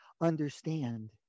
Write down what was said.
understand